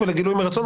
ולגילוי מרצון,